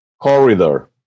corridor